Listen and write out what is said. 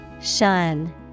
Shun